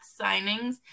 signings